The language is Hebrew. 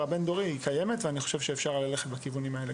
הבין-דורי ואני חושה שאפשר להצליח בכך.